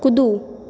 कूदू